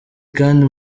kandi